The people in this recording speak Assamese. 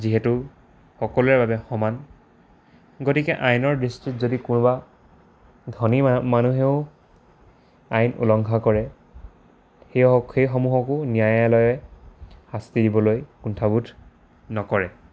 যিহেতু সকলোৰে বাবে সমান গতিকে আইনৰ দৃষ্টিত যদি কোনোবা ধনী মানুহেও আইন উলংঘা কৰে সেয়ক সেইসমূহকো ন্যায়ালয়ে শাস্তি দিবলৈ কুণ্ঠাবোধ নকৰে